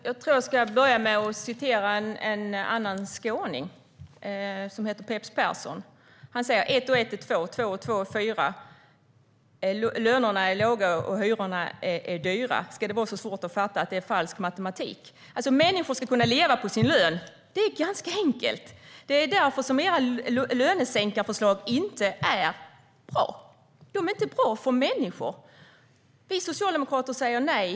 Herr talman! Jag ska börja med att citera en annan skåning, Peps Persson. Han sjunger: Ett och ett är två. Två och två är fyra. Lönerna är låga och hyrorna är dyra. Ska det vara så svårt att fatta att det är falsk matematik? Människor ska kunna leva på sin lön. Det är ganska enkelt. Det är därför som era lönesänkningsförslag inte är bra för människor. Vi socialdemokrater säger nej.